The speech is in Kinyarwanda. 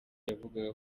yavugaga